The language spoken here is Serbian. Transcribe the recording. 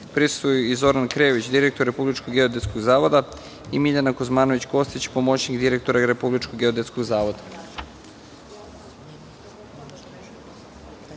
prisustvuju i Zoran Krejović, direktor Republičkog geodetskog zavoda i Miljana Kuzmanović Kostić, pomoćnik direktora Republičkog geodetskog zavoda. Primili